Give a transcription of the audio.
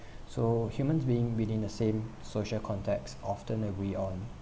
so humans being within the same social context often agree on